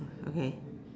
okay